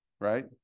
right